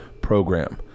program